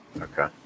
Okay